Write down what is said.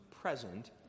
present